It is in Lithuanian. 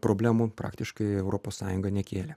problemų praktiškai europos sąjunga nekėlė